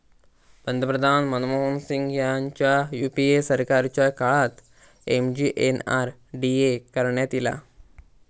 पंतप्रधान मनमोहन सिंग ह्यांच्या यूपीए सरकारच्या काळात एम.जी.एन.आर.डी.ए करण्यात ईला